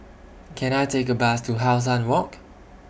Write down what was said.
Can I Take A Bus to How Sun Walk